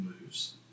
moves